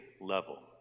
level